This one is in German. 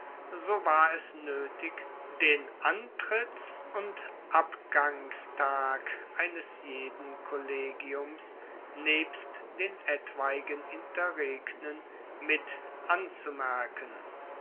so war es noetig den antritts und abgangstag eines jeden kollegiums nebst den etwaigen interregnen mit anzumerken